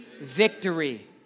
victory